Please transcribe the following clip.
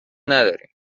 نداریم